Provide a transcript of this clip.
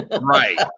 Right